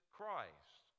Christ